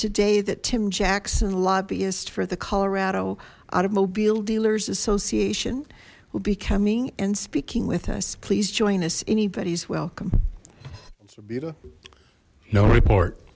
today that tim jackson lobbyist for the colorado automobile dealers association will be coming and speaking with us please join us anybody as well so betta no report